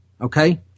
Okay